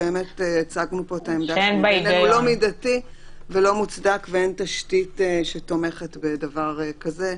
הצגנו פה את העמדה שהוא לא מידתי ולא מוצדק ואין תשתית שתומכת בדבר כזה,